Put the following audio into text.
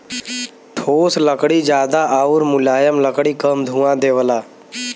ठोस लकड़ी जादा आउर मुलायम लकड़ी कम धुंआ देवला